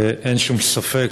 ואין שום ספק